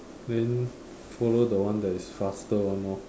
then follow the one that is faster one hor